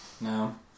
No